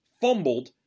fumbled